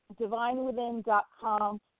divinewithin.com